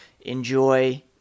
enjoy